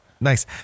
Nice